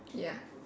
ya